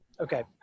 Okay